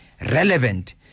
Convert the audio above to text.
relevant